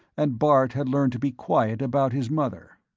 and bart had learned to be quiet about his mother.